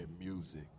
music